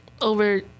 over